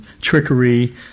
trickery